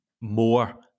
more